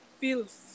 feels